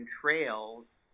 trails